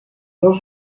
dos